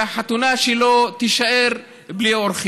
לאו.